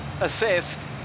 assist